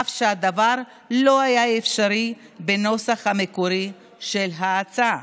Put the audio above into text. אף שהדבר לא היה אפשרי בנוסח המקורי של ההצעה.